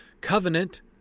covenant